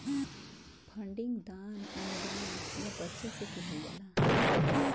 funding दान, अनुदान या बचत से किहल जाला